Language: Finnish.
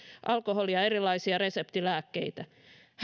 sekä erilaisia reseptilääkkeitä